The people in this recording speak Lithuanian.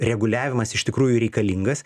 reguliavimas iš tikrųjų reikalingas